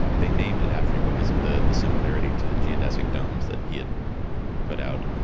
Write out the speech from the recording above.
they named it after him because of the the similarity to the geodesic domes that he had put out,